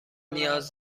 نیاز